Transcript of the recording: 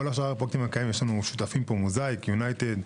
כל השאר יש לנו שותפים מוזאיק, יונייטד.